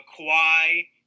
Kawhi